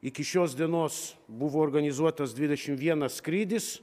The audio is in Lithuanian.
iki šios dienos buvo organizuotas dvidešimt vienas skrydis